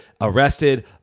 arrested